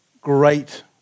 great